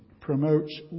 promotes